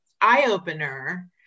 eye-opener